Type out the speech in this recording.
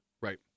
Right